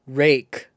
rake